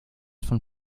von